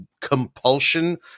compulsion